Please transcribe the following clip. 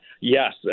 Yes